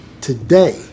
Today